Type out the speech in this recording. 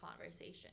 conversation